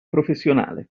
professionale